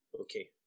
okay